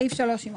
סעיף 3 יימחק.